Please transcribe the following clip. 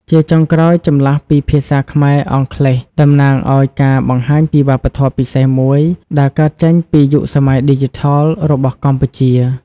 ជាចុងក្រោយ ចម្លាស់ពីភាសាខ្មែរ-អង់គ្លេស តំណាងឱ្យការបង្ហាញពីវប្បធម៌ពិសេសមួយ ដែលកើតចេញពីយុគសម័យឌីជីថលរបស់កម្ពុជា។